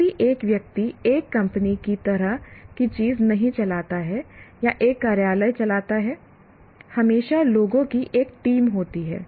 कोई भी एक व्यक्ति एक कंपनी की तरह की चीज नहीं चलाता है या एक कार्यालय चलाता है हमेशा लोगों की एक टीम होती है